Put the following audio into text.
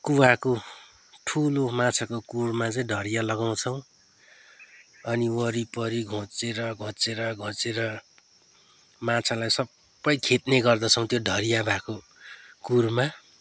कुवाको ठुलो माछाको कुरमा चाहिँ ढडिया लगाउछौँ अनि वरिपरि घोँचेर घोँचेर घोँचेर माछालाई सबै खेद्ने गर्दछौँ त्यो ढडिया भएको कुरमा